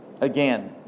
again